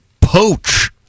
poach